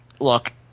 Look